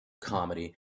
comedy